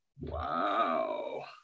Wow